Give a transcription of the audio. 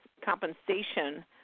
compensation